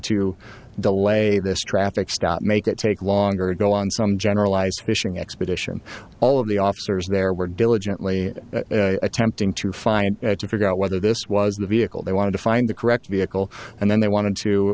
to delay this traffic stop make it take longer go on some generalized fishing expedition all of the officers there were diligently attempting to find to figure out whether this was the vehicle they wanted to find the correct vehicle and then they wanted to